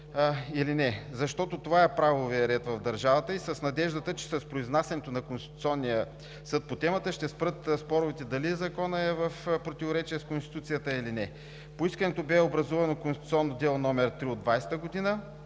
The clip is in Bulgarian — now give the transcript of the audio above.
или не, защото това е правовият ред в държавата и с надеждата, че с произнасянето на Конституционния съд по темата ще спрат споровете дали Законът е в противоречие с Конституцията или не. По искането бе образувано Конституционно дело № 3/2020 г., тази година,